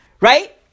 right